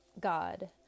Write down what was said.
God